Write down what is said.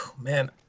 Man